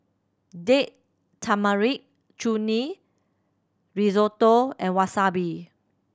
Date Tamarind Chutney Risotto and Wasabi